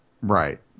Right